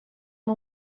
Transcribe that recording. amb